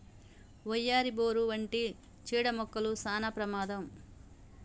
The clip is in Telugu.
వయ్యారి, బోరు వంటి చీడ మొక్కలు సానా ప్రమాదం